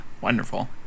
wonderful